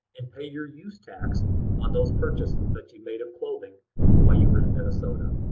and pay your use tax on those purchases that you made of clothing while you were in minnesota.